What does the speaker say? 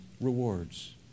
rewards